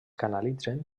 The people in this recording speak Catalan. canalitzen